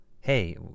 hey